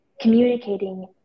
communicating